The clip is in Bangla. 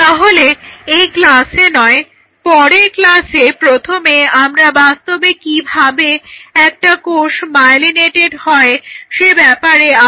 তাহলে এই ক্লাসে নয় পরের ক্লাসে আমরা প্রথমে বাস্তবে কিভাবে একটা কোষ মায়োলিনেটেড হয় সে ব্যাপারে আলোচনা করব